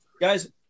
Guys